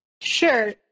Sure